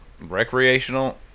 recreational